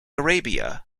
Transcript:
arabia